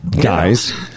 guys